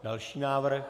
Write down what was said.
Další návrh.